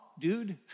dude